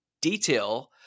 detail